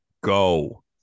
go